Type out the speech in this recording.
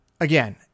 again